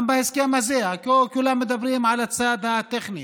גם בהסכם הזה, כולם מדברים על הצד הטכני,